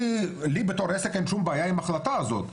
לי בתור עסק אין שום בעיה עם ההחלטה הזאת,